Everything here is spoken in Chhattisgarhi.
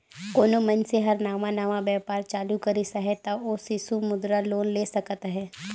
कोनो मइनसे हर नावा नावा बयपार चालू करिस अहे ता ओ सिसु मुद्रा लोन ले सकत अहे